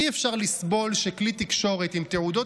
אי-אפשר לסבול שכלי תקשורת עם תעודות